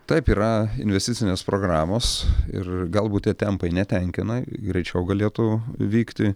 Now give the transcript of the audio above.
taip yra investicinės programos ir galbūt tie tempai netenkina greičiau galėtų vykti